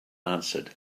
answered